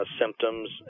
symptoms